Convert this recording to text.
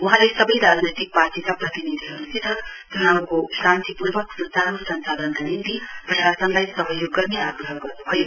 वहाँले सबै राजनैतिक पार्टीका प्रति निधिहरूसित चुनाउको शान्तिपूर्वक सुचारू संचालनका निम्ति प्रशासनलाई सहयोग गर्ने आग्रह गर्न्भयो